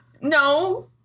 no